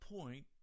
point